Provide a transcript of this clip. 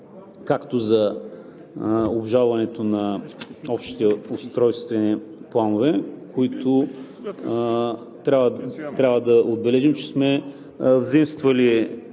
както за обжалването на общите устройствени планове, които, трябва да отбележим, че сме взаимствали